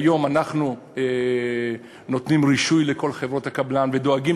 היום אנחנו נותנים רישוי לכל חברות הקבלן ודואגים